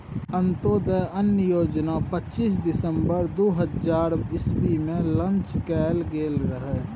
अंत्योदय अन्न योजना पच्चीस दिसम्बर दु हजार इस्बी मे लांच कएल गेल रहय